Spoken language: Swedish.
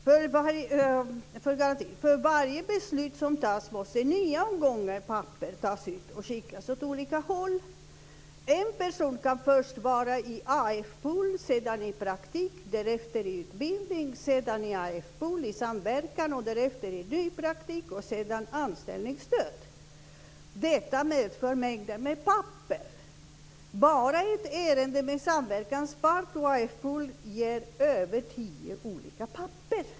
För varje beslut som tas måste nya omgångar papper tas ut och skickas åt olika håll. En person kan först vara i AF-pool, sedan i praktik, därefter i utbildning, sedan i AF-pool i samverkan, därefter i ny praktik och sedan omfattas av anställningsstöd. Detta medför mängder med papper. Bara ett ärende med samverkanspart och AF-pool ger över tio olika papper.